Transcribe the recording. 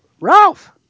Ralph